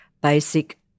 basic